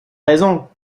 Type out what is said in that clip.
raison